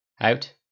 Out